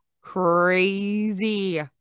Crazy